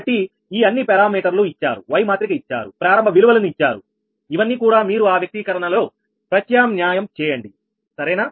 కాబట్టి ఈ అన్నిపరామీటర్లు ఇచ్చారుY మాత్రిక ఇచ్చారు ప్రారంభ విలువలను ఇచ్చారు ఇవన్నీ కూడా మీరు ఆ వ్యక్తీకరణలో ప్రత్యామ్నాయం చేయండి సరేనా